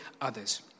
others